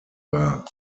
war